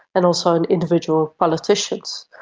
and also in individual politicians.